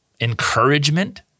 encouragement